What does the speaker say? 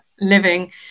living